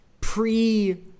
pre